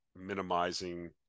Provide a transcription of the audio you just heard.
minimizing